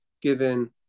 given